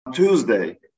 Tuesday